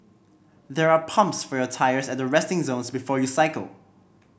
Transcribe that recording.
there are pumps for your tyres at the resting zones before you cycle